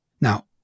Now